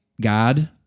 God